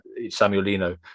Samuelino